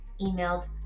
emailed